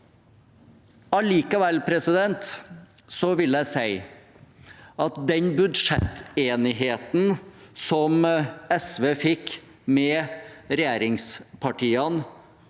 Allikevel vil jeg si at den budsjettenigheten som SV fikk med regjeringspartiene